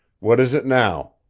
what is it now?